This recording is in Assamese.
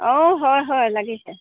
অঁ হয় হয় লাগিছে